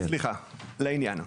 סליחה, לעניין.